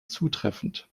zutreffend